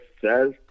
says